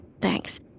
Thanks